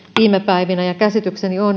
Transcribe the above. viime päivinä ja käsitykseni on